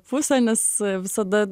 pusę nes visada